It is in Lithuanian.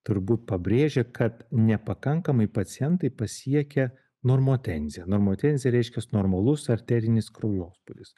turbūt pabrėžia kad nepakankamai pacientai pasiekia normotenziją normotenzija reiškias normalus arterinis kraujospūdis